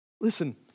Listen